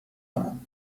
کنم